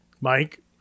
Mike